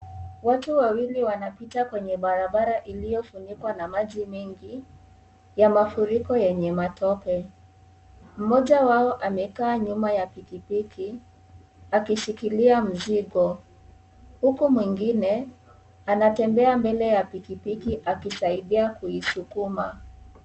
Watu wawili wanapita kwenye barabara iliyofunikwa na maji mengi ya mafuriko yenye matope. Mmoja wao amekaa nyuma ya pikipiki akishikilia mzigo, huku mwingine anatembea mbele ya pikipiki akisaidia kuisukuma.